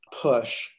push